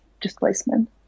displacement